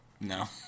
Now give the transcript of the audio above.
No